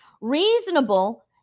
Reasonable